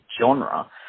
genre